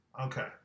Okay